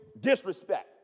disrespect